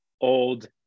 old